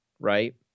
right